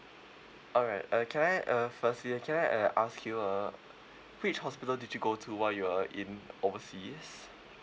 alright uh can I uh firstly can I uh ask you uh which hospital did you go to while you are in overseas